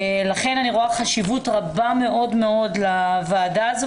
לכן אני רואה חשיבות רבה מאוד בוועדה הזו